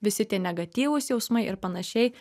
visi tie negatyvūs jausmai ir panašiai